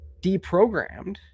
deprogrammed